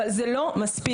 אבל זה לא מספיק.